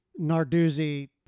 Narduzzi